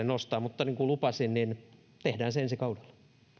nostaa mutta niin kuin lupasin tehdään se ensi kaudella